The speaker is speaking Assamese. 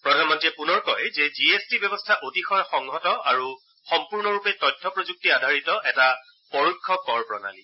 প্ৰধানমন্ত্ৰীয়ে পূনৰ কয় যে জি এছ টি ব্যৱস্থা অতিশয় সংহত আৰু সম্পূৰ্ণৰূপে তথ্য প্ৰযুক্তি আধাৰিত এটা পৰোক্ষ কৰ প্ৰণালী